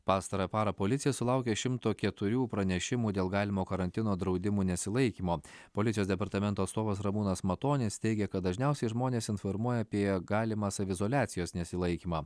pastarąją parą policija sulaukė šimto keturių pranešimų dėl galimo karantino draudimų nesilaikymo policijos departamento atstovas ramūnas matonis teigia kad dažniausiai žmonės informuoja apie galimą saviizoliacijos nesilaikymą